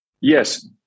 Yes